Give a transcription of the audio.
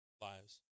lives